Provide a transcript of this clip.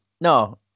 No